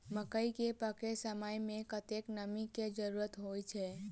मकई केँ पकै समय मे कतेक नमी केँ जरूरत होइ छै?